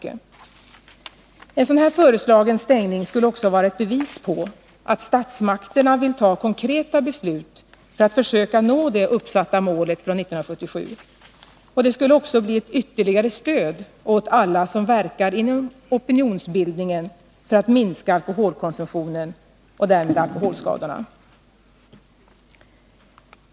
En sådan här föreslagen stängning skulle också vara ett bevis på att statsmakterna vill ta konkreta beslut för att försöka nå det 1977 uppsatta målet, och det skulle också bli ett ytterligare stöd åt alla som verkar inom opinionsbildningen för att minska alkoholkonsumtionen och därmed alkoholskadorna.